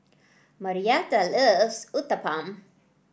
Marietta loves Uthapam